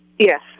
Yes